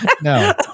No